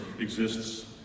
exists